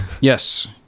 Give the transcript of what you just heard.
Yes